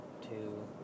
Two